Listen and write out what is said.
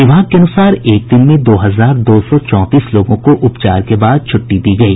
विभाग के अनुसार एक दिन में दो हजार दो सौ चौंतीस लोगों को उपचार के बाद छुट्टी दी गयी